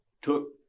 took